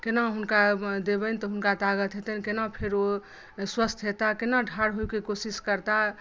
केना हुनका देबनि जे हुनका ताकत हेतनि केना फेर ओ स्वस्थ हेताह केना ठाढ़ होइके कोशिश करताह